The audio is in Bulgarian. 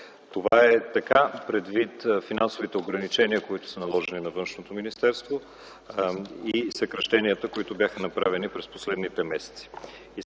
Това е така предвид финансовите ограничения, които са наложени на Министерството на външните работи и съкращенията, които бяха направени през последните месеци.